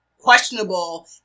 questionable